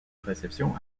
réception